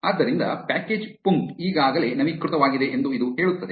ಆದ್ದರಿಂದ ಪ್ಯಾಕೇಜ್ ಪುಂಕ್ಟ್ ಈಗಾಗಲೇ ನವೀಕೃತವಾಗಿದೆ ಎಂದು ಇದು ಹೇಳುತ್ತದೆ